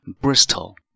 Bristol